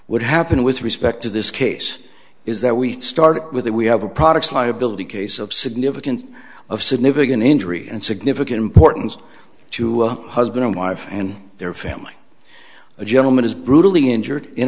would happen with respect to this case is that we start with a we have a products liability case of significance of significant injury and significant importance to husband and wife and their family a gentleman is brutally injured in